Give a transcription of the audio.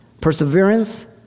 Perseverance